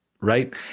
right